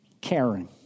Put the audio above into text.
Caring